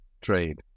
trade